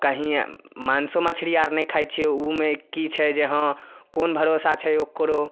कहि माँसु मछरी आर नहि खाइ छियै ओहिमे की छै जे हँ कोन भरोसा छै ओकरो